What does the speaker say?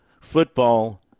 football